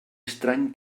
estrany